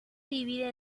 divide